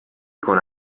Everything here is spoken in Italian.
con